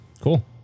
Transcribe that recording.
Cool